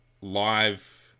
live